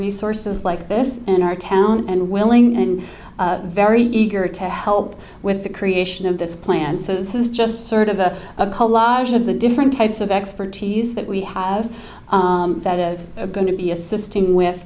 resources like this and are town and willing and very eager to help with the creation of this plan so this is just sort of a collage of the different types of expertise that we have that is going to be assisting with